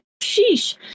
sheesh